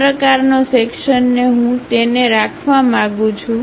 આ પ્રકારનો સેક્શન્ ની હું તેને રાખવા માંગું છું